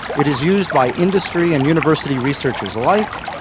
it is used by industry and university researchers alike.